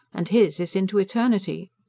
and his is into eternity.